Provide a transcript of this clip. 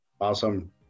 awesome